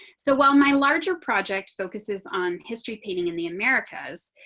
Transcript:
so while my larger project focuses on history painting in the americas.